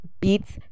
beats